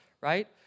right